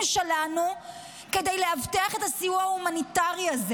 שלנו כדי לאבטח את הסיוע ההומניטרי הזה.